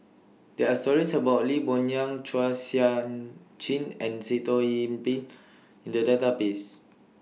There Are stories about Lee Boon Yang Chua Sian Chin and Sitoh Yih Pin in The Database